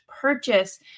purchase